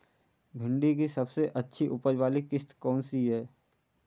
भिंडी की सबसे अच्छी उपज वाली किश्त कौन सी है?